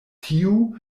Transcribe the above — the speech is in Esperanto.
tiu